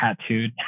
tattooed